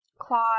Claude